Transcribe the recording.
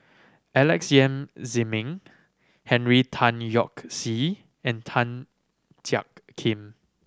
Alex Yam Ziming Henry Tan Yoke See and Tan Jiak Kim